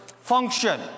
function